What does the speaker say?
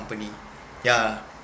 company yeah